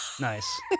Nice